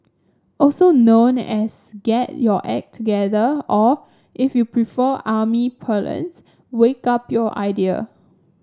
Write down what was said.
also known as get your act together or if you prefer army parlance wake up your idea